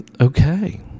okay